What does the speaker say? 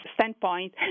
standpoint